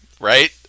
Right